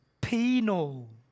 penal